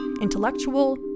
intellectual